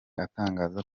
atangaza